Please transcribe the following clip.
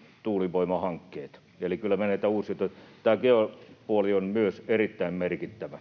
merituulivoimahankkeet. Eli kyllä tämä geopuoli on myös erittäin merkittävä.